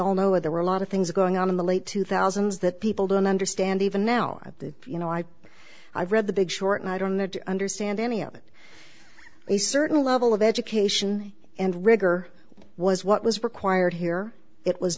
all know there were a lot of things going on in the late two thousand that people don't understand even now that you know i i've read the big short and i don't need to understand any of it a certain level of education and rigor was what was required here it was